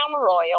Royal